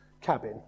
cabin